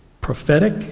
prophetic